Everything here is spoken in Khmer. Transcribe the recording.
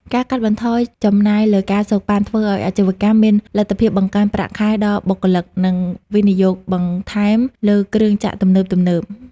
ការកាត់បន្ថយចំណាយលើ ការសូកប៉ាន់ ធ្វើឱ្យអាជីវកម្មមានលទ្ធភាពបង្កើនប្រាក់ខែដល់បុគ្គលិក និងវិនិយោគបន្ថែមលើគ្រឿងចក្រទំនើបៗ។